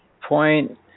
point